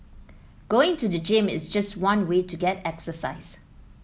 going to the gym is just one way to get exercise